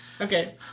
okay